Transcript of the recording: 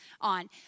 on